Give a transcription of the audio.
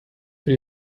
für